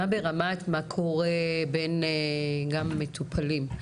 מה ברמת מה קורה בין גם מטופלים,